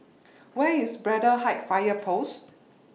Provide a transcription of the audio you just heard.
Where IS Braddell Heights Fire Post